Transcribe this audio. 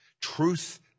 truth